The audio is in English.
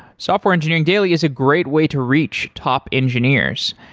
software engineering daily is a great way to reach top engineers.